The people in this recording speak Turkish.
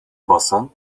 basın